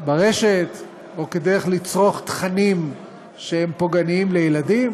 ברשת או כדרך לצרוך תכנים שהם פוגעניים לילדים.